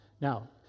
Now